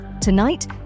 Tonight